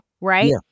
Right